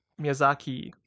Miyazaki